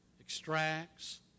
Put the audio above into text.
extracts